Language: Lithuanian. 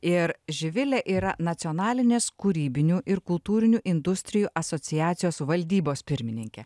ir živilė yra nacionalinės kūrybinių ir kultūrinių industrijų asociacijos valdybos pirmininkė